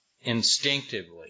instinctively